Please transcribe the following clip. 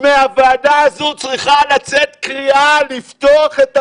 מהוועדה הזו צריכה לצאת קריאה לפתוח את המשק.